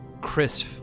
chris